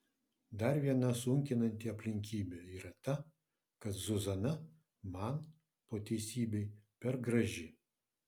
dar viena sunkinanti aplinkybė yra ta kad zuzana man po teisybei per graži